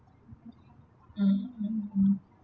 uh uh uh